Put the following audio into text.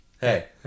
Hey